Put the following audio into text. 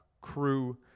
Crew